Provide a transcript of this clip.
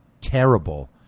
terrible